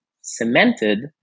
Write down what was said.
cemented